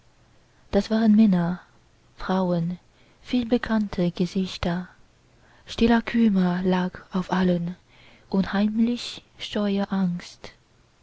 da waren männer frauen viel bekannte gesichter stiller kummer lag auf allen und heimlich scheue